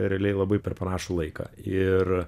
realiai labai per panašų laiką ir